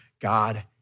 God